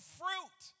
fruit